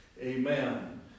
Amen